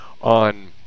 on